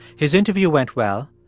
his interview went well.